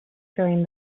during